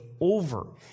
over